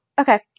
Okay